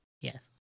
Yes